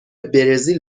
برزیل